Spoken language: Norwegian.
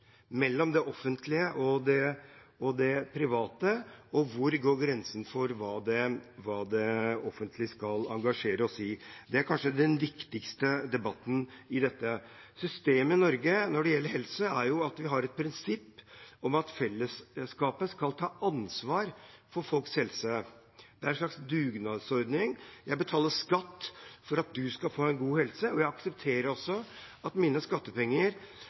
for hva det offentlige skal engasjere seg i? Det er kanskje den viktigste debatten i dette. Systemet i Norge når det gjelder helse, er at vi har et prinsipp om at fellesskapet skal ta ansvar for folks helse. Det er en slags dugnadsordning. Jeg betaler skatt for at du skal få en god helse, og jeg aksepterer også at mine skattepenger